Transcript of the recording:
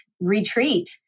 retreat